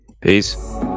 Peace